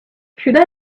should